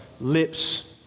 lips